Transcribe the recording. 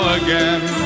again